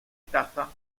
taza